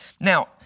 Now